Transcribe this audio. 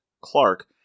Clark